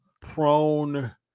prone